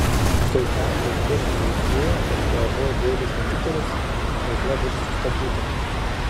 kai kam kai kur reikėjo kad uab builis netikėlis veikla būtų sustabdyta